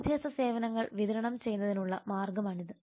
വിദ്യാഭ്യാസ സേവനങ്ങൾ വിതരണം ചെയ്യുന്നതിനുള്ള മാർഗമാണിത്